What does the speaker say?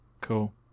Cool